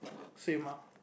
same ah